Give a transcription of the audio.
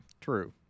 True